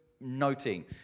noting